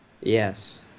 Yes